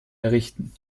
errichten